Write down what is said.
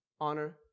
honor